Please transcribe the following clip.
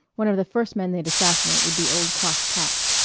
one of the first men they'd assassinate would be old cross patch.